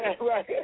Right